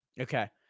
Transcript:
Okay